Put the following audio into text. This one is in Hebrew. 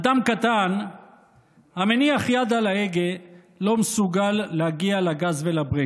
אדם קטן המניח יד על ההגה לא מסוגל להגיע לגז ולברקס,